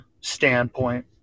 standpoint